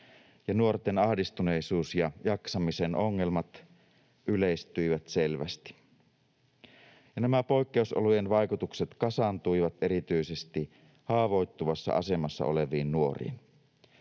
nuorten ahdistuneisuus ja jaksamisen ongelmat yleistyivät selvästi. Nämä poikkeusolojen vaikutukset kasaantuivat erityisesti haavoittuvassa asemassa oleviin nuoriin.